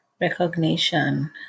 Recognition